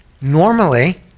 normally